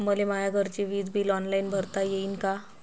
मले माया घरचे विज बिल ऑनलाईन भरता येईन का?